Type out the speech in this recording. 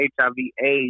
HIV/AIDS